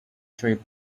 trips